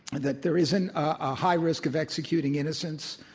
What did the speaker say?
that there is and a high risk of executing innocents.